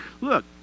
look